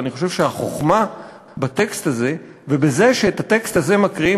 ואני חושב שהחוכמה בטקסט הזה ובזה שאת הטקסט הזה מקריאים